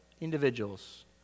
individuals